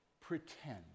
Pretend